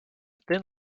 thin